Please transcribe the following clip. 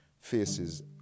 faces